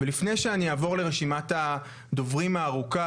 ולפני שאני אעבור לרשימת הדוברים הארוכה,